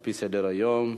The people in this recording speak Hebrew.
על-פי סדר-היום.